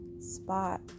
spot